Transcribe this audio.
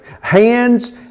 hands